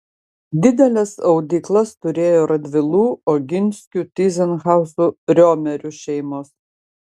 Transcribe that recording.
dideles audyklas turėjo radvilų oginskių tyzenhauzų riomerių šeimos